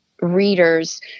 readers